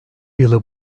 yılı